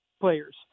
players